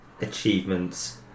achievements